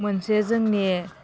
मोनसे जोंनि